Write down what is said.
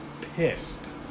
pissed